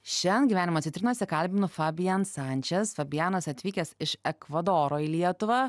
šian gyvenimo citrinose kalbinu fabian sančes fabianas atvykęs iš ekvadoro į lietuvą